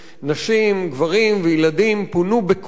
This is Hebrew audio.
נשים, גברים וילדים פונו בכוח